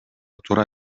туура